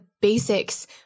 basics